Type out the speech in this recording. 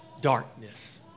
darkness